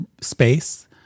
space